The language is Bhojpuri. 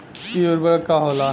इ उर्वरक का होला?